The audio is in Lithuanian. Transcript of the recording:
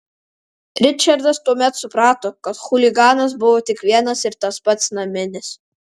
ričardas tuomet suprato kad chuliganas buvo tik vienas ir tas pats naminis